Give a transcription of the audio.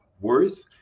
worth